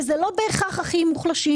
וזה לא בהכרח הכי מוחלשים.